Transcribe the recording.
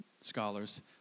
scholars